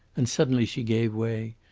and suddenly she gave way.